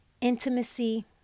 Intimacy